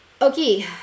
Okay